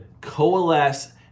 coalesce